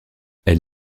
elle